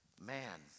man